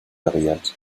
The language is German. variante